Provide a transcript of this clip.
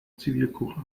zivilcourage